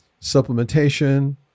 supplementation